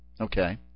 Okay